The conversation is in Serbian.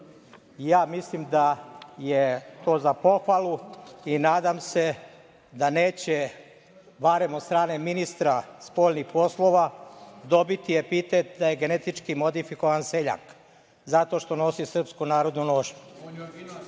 Beču. Mislim da je to za pohvalu i nadam se da neće, barem od strane ministra spoljnih poslova, dobiti epitet da je genetički modifikovan seljak zato što nosi srpsku narodnu nošnju. Ovde je i sa